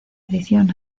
edición